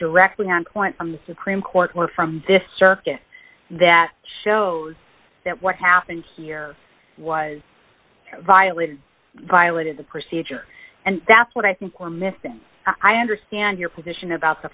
directly on point on the supreme court or from this circuit that shows that what happened here was violated violated the procedure and that's what i think we're missing i understand your position about